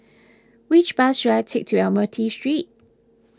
which bus should I take to Admiralty Street